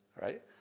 right